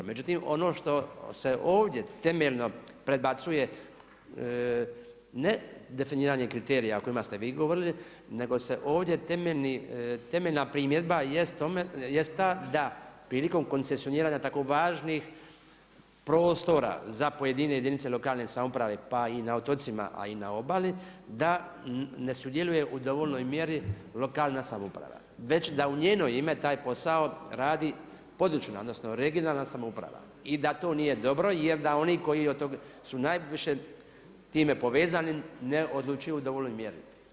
Međutim ono što se ovdje temeljno predbacuje ne definiranje kriterija o kojima ste vi govorili nego se ovdje temeljna primjedba jest ta da prilikom koncesioniranja tako važnih prostora za pojedine jedinice lokalne samouprave pa i na otocima, a i na obali, da ne sudjeluje u dovoljnoj mjeri lokalna samouprava već da u njeno ime taj posao radi područna odnosno regionalna samouprave i da to nije dobro jer da oni koji su time najviše povezani ne odlučuju u dovoljnoj mjeri.